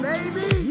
Baby